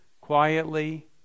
quietly